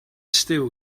still